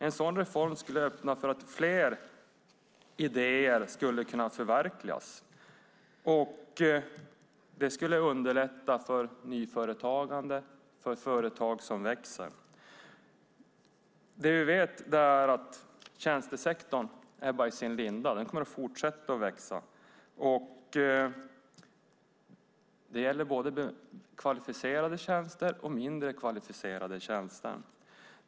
En sådan reform skulle kunna öppna för att fler idéer skulle kunna förverkligas. Det skulle underlätta för nyföretagande och för företag som växer. Det vi vet är att tjänstesektorn bara är i sin linda. Den kommer att fortsätta växa. Det gäller både kvalificerade och mindre kvalificerade tjänster.